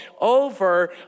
over